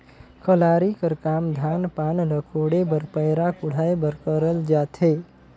कलारी कर काम धान पान ल कोड़े बर पैरा कुढ़ाए बर करल जाथे